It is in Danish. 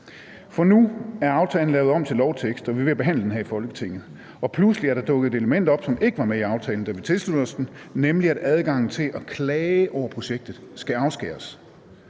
for nu er aftalen lavet om til lovtekst, og vi er ved at behandle den her i Folketinget, og pludselig er der dukket et element op, som ikke var med i aftalen, da vi tilsluttede os den, nemlig at adgangen til at klage over projektet skal afskæres.